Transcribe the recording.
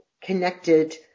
connected